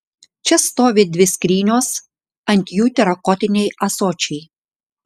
čia stovi dvi skrynios ant jų terakotiniai ąsočiai